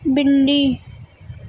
بلّی